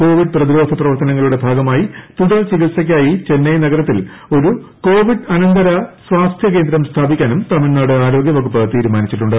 Covid പ്രതിരോധ പ്രവർത്തനങ്ങളുടെ ഭാഗമായി തുടർ ചികിത്സയ്ക്കായി ചെന്നൈ നഗരത്തിൽ ഒരു കോവിഡ് അനന്തര സ്വാസ്ഥ്യ കേന്ദ്രം സ്ഥാപിക്കാനും തമിഴ്നാട് ആരോഗ്യവകുപ്പ് തീരുമാനിച്ചിട്ടുണ്ട്